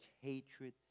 hatred